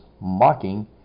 mocking